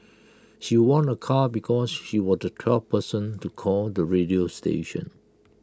she won A car because she was the twelfth person to call the radio station